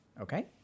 Okay